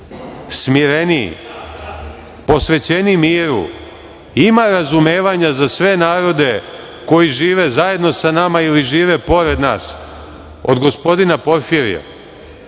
smireniji, posvećeniji miru, ima razumevanja za sve narode koji žive zajedno sa nama ili žive pored nas od gospodina Porfirija,